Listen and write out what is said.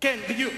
בדיוק.